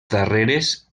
darreres